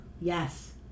Yes